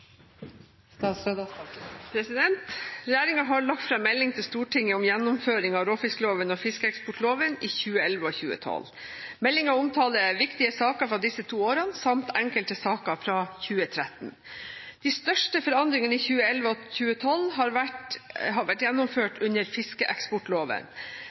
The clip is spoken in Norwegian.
har lagt fram melding til Stortinget om gjennomføring av råfiskloven og fiskeeksportloven i 2011 og 2012. Meldingen omtaler viktige saker fra disse to årene samt enkelte saker fra 2013. De største forandringene i 2011 og 2012 har vært